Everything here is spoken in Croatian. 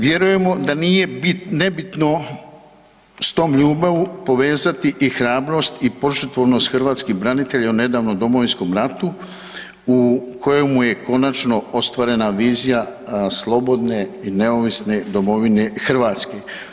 Vjerujemo da nije nebitno s tom ljubavlju povezati hrabrost i požrtvovnost hrvatskih branitelja u nedavnom Domovinskom ratu u kojemu je konačno ostvarena vizija slobodne i neovisne domovine Hrvatske.